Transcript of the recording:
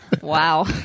Wow